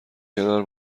کنار